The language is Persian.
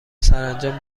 سرانجام